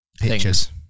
pictures